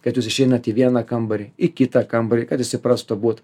kad jūs išeinat į vieną kambarį į kitą kambarį kad jis įprastų būt